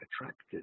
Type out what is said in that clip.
attracted